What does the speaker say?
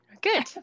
Good